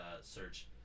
search